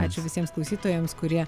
ačiū visiems klausytojams kurie